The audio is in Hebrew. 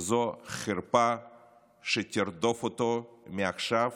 וזו חרפה שתרדוף אותו מעכשיו